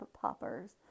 poppers